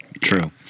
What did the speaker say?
True